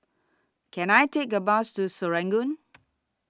Can I Take A Bus to Serangoon